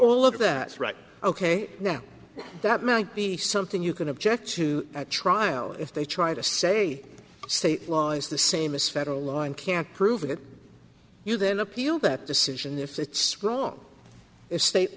all of that right ok now that might be something you can object to at trial if they try to say state law is the same as federal law and can't prove it you then appeal that decision if it's wrong is state